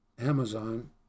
Amazon